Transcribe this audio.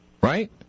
right